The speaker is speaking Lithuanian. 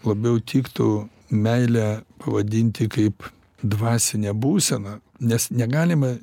labiau tiktų meilę pavadinti kaip dvasinę būseną nes negalima